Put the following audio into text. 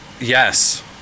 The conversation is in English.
yes